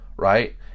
Right